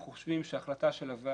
אנחנו חושבים שההחלטה של הוועדה